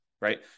right